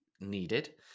needed